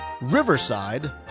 Riverside